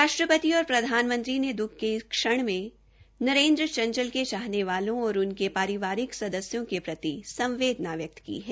राष्ट्रति औश्र प्रधानमंत्री ने दुख के इस क्षण में नरेंद्र चंचला क चाहने वालों और उनके पारिवारिक सदस्यों के प्रति संवदेना व्यकत की है